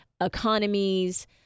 economies